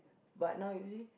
but now you see